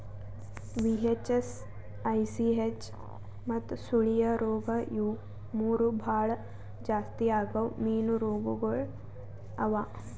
VHS, ICH ಮತ್ತ ಸುಳಿಯ ರೋಗ ಇವು ಮೂರು ಭಾಳ ಜಾಸ್ತಿ ಆಗವ್ ಮೀನು ರೋಗಗೊಳ್ ಅವಾ